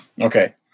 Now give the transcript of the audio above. Okay